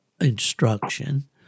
instruction